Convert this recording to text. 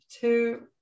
Two